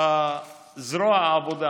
בזרוע העבודה